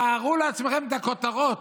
תארו לעצמכם את הכותרות,